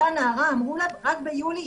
לאותה נערה אמרו שרק ביולי,